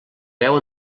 veu